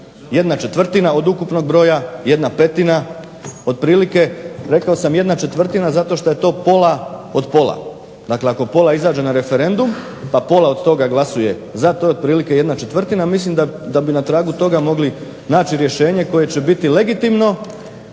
mora biti 1/4 od ukupnog broja, 1/5 otprilike. Rekao sam 1/4 zato što je to pola od pola, dakle ako pola izađe na referendum pa pola od toga glasuje za to je otprilike 1/4. Mislim da bi na tragu toga mogli naći rješenje koje će biti legitimno,